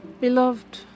Beloved